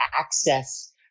access